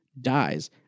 dies